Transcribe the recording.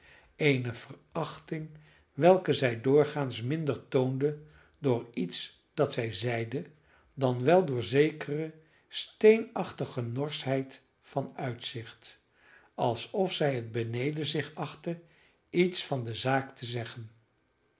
eene verachting welke zij doorgaans minder toonde door iets dat zij zeide dan wel door zekere steenachtige norschheid van uitzicht alsof zij het beneden zich achtte iets van de zaak te zeggen